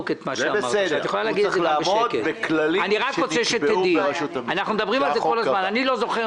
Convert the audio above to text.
יהיה שתחילת האישור שלהן תהיה בשנת 2020. אנחנו לא יודעים